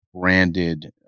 branded